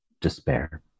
despair